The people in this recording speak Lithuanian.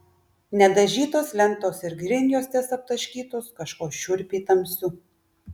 nedažytos lentos ir grindjuostės aptaškytos kažkuo šiurpiai tamsiu